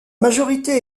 majorité